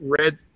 red